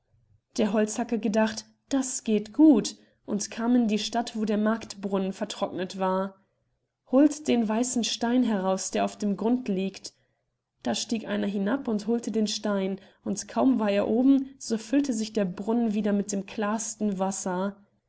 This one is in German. der holzhacker gedacht das geht gut und kam in die stadt wo der marktbrunnen vertrocknet war holt den weißen stein heraus der auf dem grund liegt da stieg einer hinab und holte den stein und kaum war er oben so füllte sich der brunnen wieder mit dem klarsten wasser